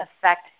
affect